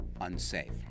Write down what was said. unsafe